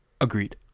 Agreed